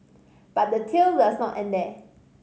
but the tail does not end there